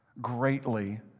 greatly